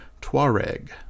Tuareg